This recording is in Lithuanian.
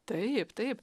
taip taip